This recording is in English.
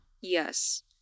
Yes